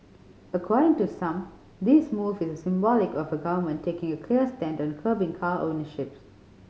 according to some this move is symbolic of a government taking a clear stand on curbing car ownership